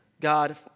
God